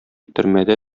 төрмәдә